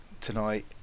tonight